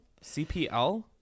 cpl